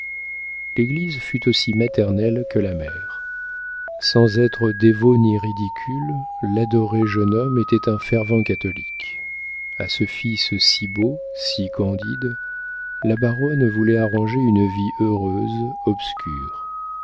l'église fut aussi maternelle que la mère sans être dévot ni ridicule l'adoré jeune homme était un fervent catholique a ce fils si beau si candide la baronne voulait arranger une vie heureuse obscure